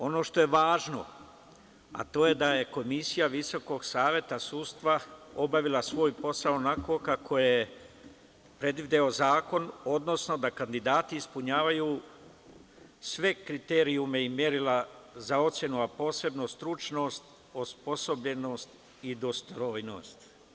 Ono što je važno, a to je da je komisija Visokog saveta sudstva obavila svoj posao onako kako je prevideo zakon, odnosno da kandidati ispunjavaju sve kriterijume i merila za ocenu, a posebno stručnost, osposobljenost i dostojnost.